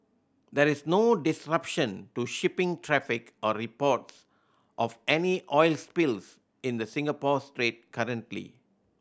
there is no disruption to shipping traffic or reports of any oil spills in the Singapore Strait currently